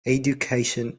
education